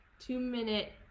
two-minute